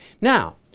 Now